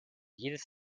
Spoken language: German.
jedes